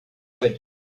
would